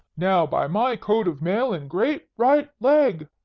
now, by my coat of mail and great right leg!